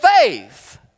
faith